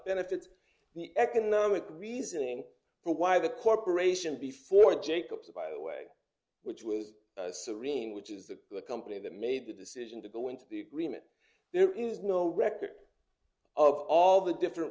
benefits the economic reasoning for why the corporation before jacobs by the way which was serene which is the company that made the decision to go into the agreement there is no record of all the different